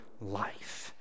life